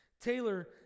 Taylor